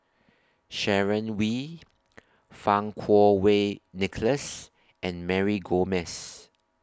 Sharon Wee Fang Kuo Wei Nicholas and Mary Gomes